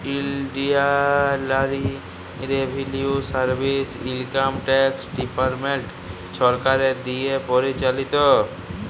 ইলডিয়াল revenue service income tax department সরকারের দিঁয়ে পরিচালিত